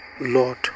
Lord